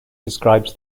describes